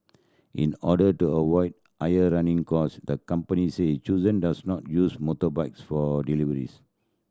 in order to avoid air running cost the company say does not use motorbikes for deliveries